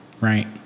right